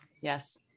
Yes